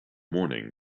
morning